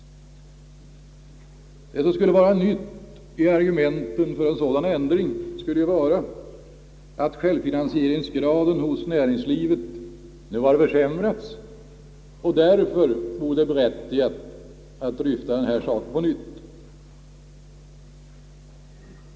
Det som skulle vara nytt i argumenteringen för en sådan ändring skulle ju vara att självfinansieringsgraden hos näringslivet försämrats, och därför vore det berättigat att dryfta denna sak på nytt.